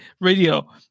radio